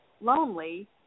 lonely